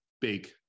big